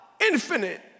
infinite